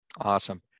Awesome